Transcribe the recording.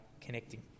connecting